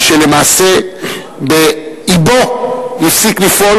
ולמעשה באבו הפסיק לפעול,